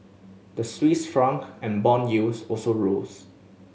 the Swiss franc and bond yields also rose